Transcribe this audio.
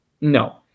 No